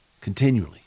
continually